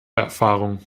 erfahrung